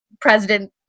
president